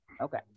Okay